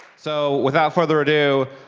so without further ado,